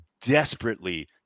desperately